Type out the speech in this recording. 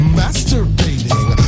masturbating